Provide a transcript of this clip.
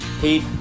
Pete